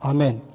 Amen